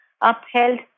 upheld